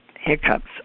hiccups